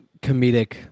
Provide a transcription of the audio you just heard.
comedic